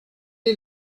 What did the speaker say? est